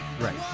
Right